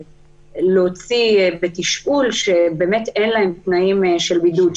להוציא בתשאול שאין להם תנאים של בידוד.